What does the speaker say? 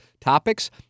topics—